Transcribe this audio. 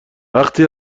وقتی